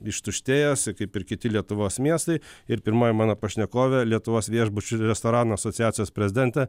ištuštėjęs ir kaip ir kiti lietuvos miestai ir pirmoji mano pašnekovė lietuvos viešbučių ir restoranų asociacijos prezidentė